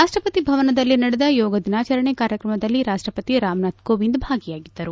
ರಾಷ್ಷಪತಿ ಭವನದಲ್ಲಿ ನಡೆದ ಯೋಗ ದಿನಾಚರಣೆ ಕಾರ್ಯಕ್ರಮದಲ್ಲಿ ರಾಷ್ಷಪತಿ ರಾಮನಾಥ್ ಕೋವಿಂದ್ ಭಾಗಿಯಾಗಿದ್ದರು